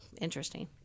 Interesting